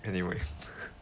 anyway